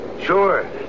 Sure